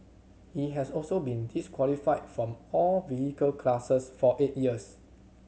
he has also been disqualified from all vehicle classes for eight years